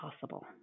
possible